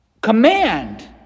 Command